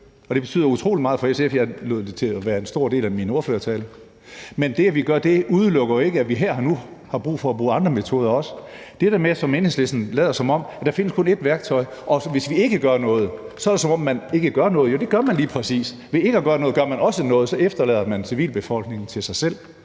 det betyder utrolig meget for SF, og jeg lod det være en stor del af min ordførertale. Men det, at vi gør det, udelukker jo ikke, at vi også her og nu har brug for at bruge andre metoder. Enhedslisten lader, som om der kun findes ét værktøj og man, hvis man ikke gør noget, så ikke gør noget. Jo, det gør man lige præcis. Ved ikke at gøre noget gør man også noget, for så efterlader man civilbefolkningen til sig selv.